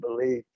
believe